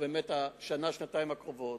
שנתיים הקרובות.